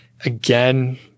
Again